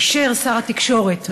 אישר שר התקשורת,